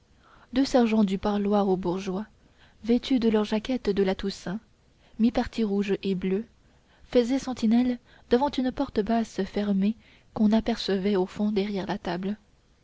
deux sergents du parloir aux bourgeois vêtus de leurs jaquettes de la toussaint mi parties rouge et bleu faisaient sentinelle devant une porte basse fermée qu'on apercevait au fond derrière la table